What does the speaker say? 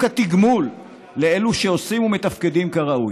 התגמול לאלו שעושים ומתפקדים כראוי.